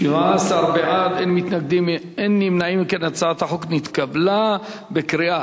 התשע"ב 2012, לדיון מוקדם בוועדת הכלכלה נתקבלה.